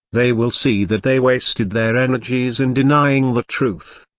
they will see that they wasted their energies in denying the truth.